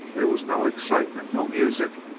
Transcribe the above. there was no excitement, no music,